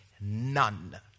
None